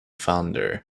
founder